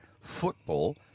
football